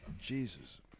Jesus